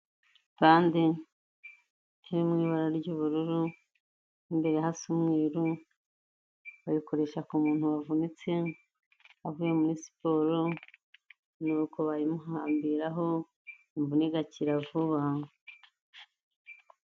Bande iri mu ibara ry'ubururu, imbere hasa umweru, bayikoresha ku muntu wavunitse avuye muri siporo, nuko bayimuhambiraho, imvune igakira vuba.